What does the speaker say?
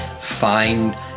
fine